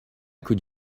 could